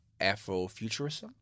Afrofuturism